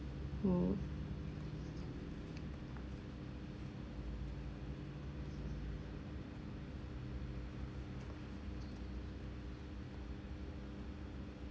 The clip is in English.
oh